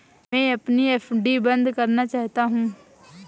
मैं अपनी एफ.डी बंद करना चाहता हूँ